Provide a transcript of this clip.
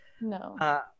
no